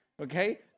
okay